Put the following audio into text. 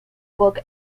book